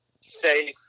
safe